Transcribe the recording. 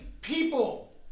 people